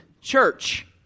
church